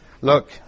Look